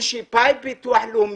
הוא שיפה את ביטוח לאומי.